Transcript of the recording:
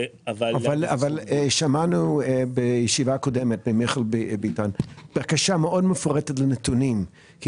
אבל שמענו בישיבה קודמת ממיכאל ביטון בקשה מאוד מפורטת לנתונים כי